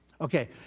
Okay